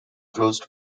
closed